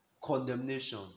condemnation